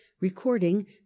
recording